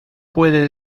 puede